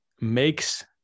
makes